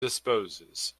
disposes